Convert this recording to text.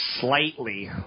slightly